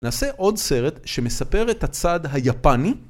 נעשה עוד סרט שמספר את הצד היפני.